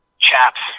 Chaps